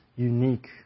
unique